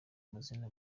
buzima